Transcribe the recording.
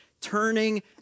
turning